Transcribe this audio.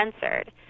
censored